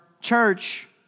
church